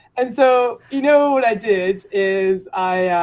and so you know what i did is i.